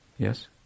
Yes